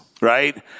Right